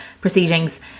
proceedings